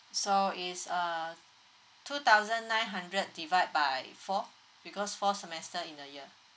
so is uh two thousand nine hundred divide by four because four semester in a year